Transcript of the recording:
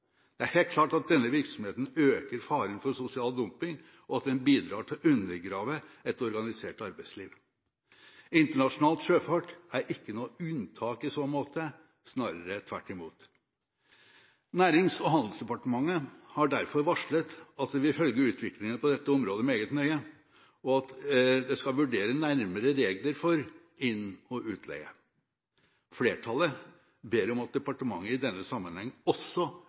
Det er helt klart at denne virksomheten øker faren for sosial dumping, og at den bidrar til å undergrave et organisert arbeidsliv. Internasjonal sjøfart er ikke noe unntak i så måte – snarere tvert imot. Nærings- og handelsdepartementet har derfor varslet at det vil følge utviklingen på dette området meget nøye, og at en skal vurdere nærmere regler for inn- og utleie. Flertallet ber om at departementet i denne sammenheng også